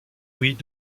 louis